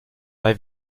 bei